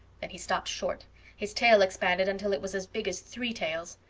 then he stopped short his tail expanded until it was as big as three tails.